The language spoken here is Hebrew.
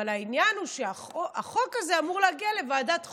אבל העניין הוא שהחוק הזה אמור להגיע לוועדת החוקה,